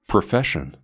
Profession